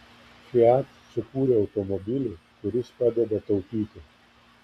fiat sukūrė automobilį kuris padeda taupyti